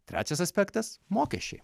trečias aspektas mokesčiai